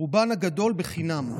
רובן הגדול בחינם,